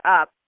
up